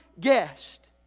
guest